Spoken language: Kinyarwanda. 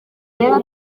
rero